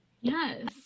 Yes